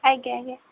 ଆଜ୍ଞା ଆଜ୍ଞା